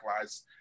lives